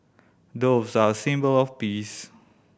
doves are symbol of peace